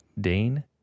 Dane